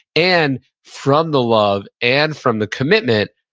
and from the love and from the commitment,